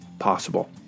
possible